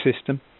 system